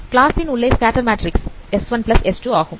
class ன் உள்ளே scatter matrix S1S2 ஆகும்